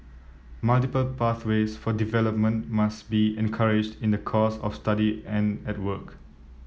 multiple pathways for development must be encouraged in the course of study and at work